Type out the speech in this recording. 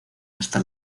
hasta